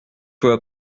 peu